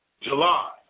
July